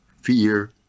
fear